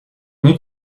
need